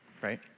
right